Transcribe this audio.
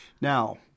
now